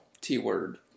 T-word